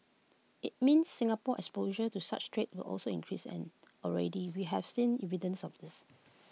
IT means Singapore's exposure to such threats will also increase and already we have seen evidence of this